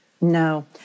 No